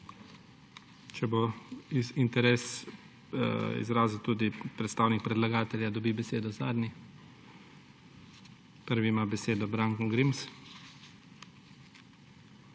Če bo interes izrazil tudi predstavnik predlagatelja, dobi besedo zadnji. Prvi ima besedo Branko Grims.